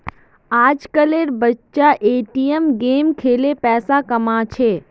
आजकल एर बच्चा ए.टी.एम गेम खेलें पैसा कमा छे